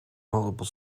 multiple